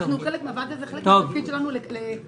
אני חושבת שאנחנו חלק מזה והתפקיד שלנו להמשיך